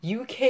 UK